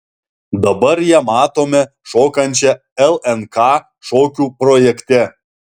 dabar ją matome šokančią lnk šokių projekte